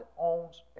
owns